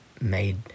made